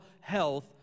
health